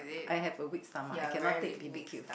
I have a weak stomach I cannot take b_b_q